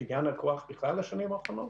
או בניין הכוח בכלל בשנים הבאות?